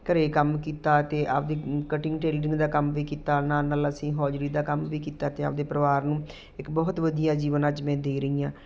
ਘਰ ਕੰਮ ਕੀਤਾ ਅਤੇ ਆਪਣੀ ਕਟਿੰਗ ਟੇਲਰਿੰਗ ਦਾ ਕੰਮ ਵੀ ਕੀਤਾ ਨਾਲ ਨਾਲ ਅਸੀਂ ਹੋਜਰੀ ਦਾ ਕੰਮ ਵੀ ਕੀਤਾ ਅਤੇ ਆਪਣੇ ਪਰਿਵਾਰ ਨੂੰ ਇੱਕ ਬਹੁਤ ਵਧੀਆ ਜੀਵਨ ਅੱਜ ਮੈਂ ਦੇ ਰਹੀ ਹਾਂ